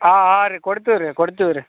ಹಾಂ ಹಾಂ ರೀ ಕೊಡ್ತೀವಿ ರೀ ಕೊಡ್ತೀವಿ ರೀ